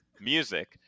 music